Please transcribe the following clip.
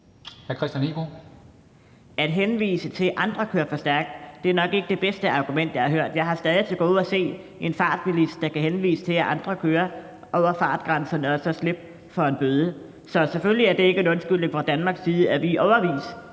At henvise til, at andre kører for stærkt, er nok ikke det bedste argument, jeg har hørt. Jeg har stadig til gode at se en fartbilist, der kan henvise til, at andre kører over fartgrænserne, og så slippe for en bøde. Så selvfølgelig er det ikke en undskyldning fra Danmarks side for, at vi i årevis